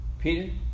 Peter